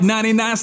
99